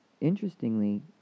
interestingly